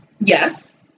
Yes